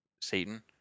Satan